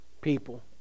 people